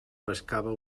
pescava